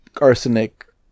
arsenic